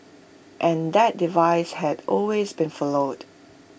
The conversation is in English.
and that device had always been followed